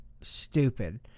Stupid